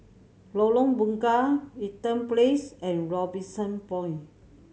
Lorong Bunga Eaton Place and Robinson Point